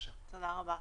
תודה רבה.